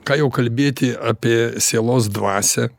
ką jau kalbėti apie sielos dvasią